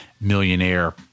millionaire